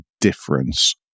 difference